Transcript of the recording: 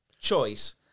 choice